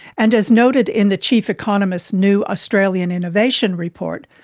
and as noted in the chief economist's new australian innovation report,